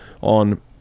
on